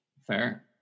Fair